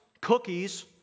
cookies